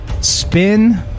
spin